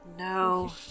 No